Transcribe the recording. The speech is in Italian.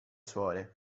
suore